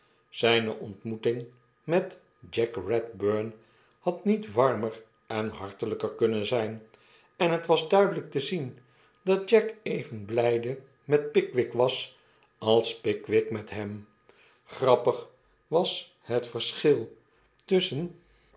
zijne ontmoeting met jack kedburn had niet warmer en hartelijker kunnen zijn en het was duidelijk te zien dat jack even blijde met pickwick was als pickwick met hem grappig was het verschil tusschen